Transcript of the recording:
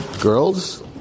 girls